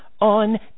on